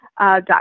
dot